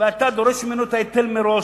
ואתה דורש ממנו את ההיטל מראש,